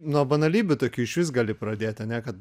nuo banalybių tokių išvis gali pradėti ane kad